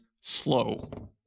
slow